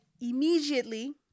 immediately